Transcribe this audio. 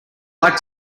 like